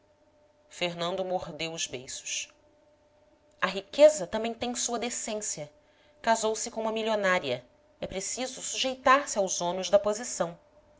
fernando mordeu os beiços a riqueza também tem sua decência casou-se com uma milionária é preciso sujeitar-se aos ônus da posição